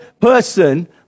person